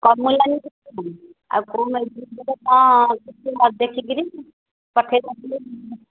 କମିଲାନି କିଛି ବି ଆଉ କେଉଁ ମେଡ଼ିସିନ୍ କ'ଣ କିଛି ନ ଦେଖିକିରି ପଠାଇ ନଥିଲେ